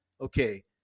Okay